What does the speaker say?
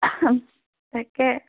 তাকে